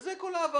וזו כל ההבהרה.